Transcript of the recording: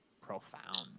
profound